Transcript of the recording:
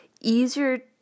easier